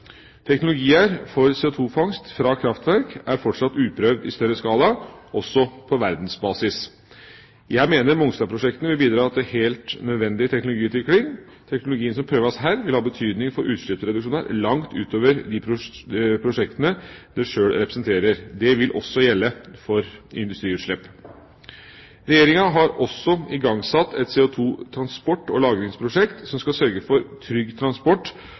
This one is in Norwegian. Teknologier for CO2-fangst fra kraftverk er fortsatt uprøvd i større skala, også på verdensbasis. Jeg mener Mongstad-prosjektene vil bidra til helt nødvendig teknologiutvikling. Teknologien som prøves her, vil ha betydning for utslippsreduksjoner langt utover det prosjektene selv representerer. Det vil også gjelde for industriutslipp. Regjeringa har også igangsatt et CO2-transport- og -lagringsprosjekt, som skal sørge for trygg transport